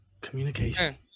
Communication